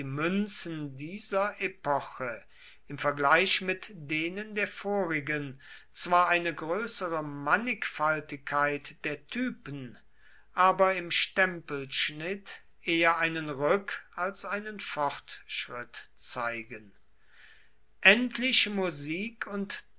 münzen dieser epoche im vergleich mit denen der vorigen zwar eine größere mannigfaltigkeit der typen aber im stempelschnitt eher einen rück als einen fortschritt zeigen endlich musik und